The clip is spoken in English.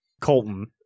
Colton